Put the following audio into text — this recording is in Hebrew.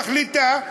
מחליטה: